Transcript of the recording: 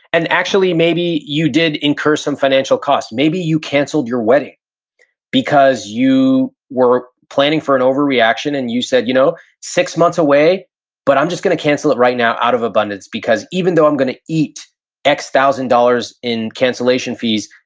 and actually, maybe you did incur some financial cost, maybe you canceled your wedding because you were planning for an overreaction and you said, you know six months away but i'm just gonna cancel it right now out of abundance, because even though i'm gonna eat x thousand dollars in cancellation fees,